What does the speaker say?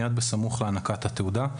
מייד בסמוך להענקת התעודה.